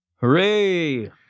Hooray